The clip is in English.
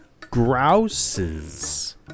grouses